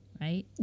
right